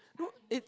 it